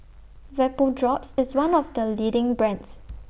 Vapodrops IS one of The leading brands